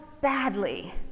badly